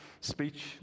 speech